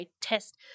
test